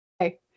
Okay